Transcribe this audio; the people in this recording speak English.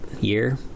year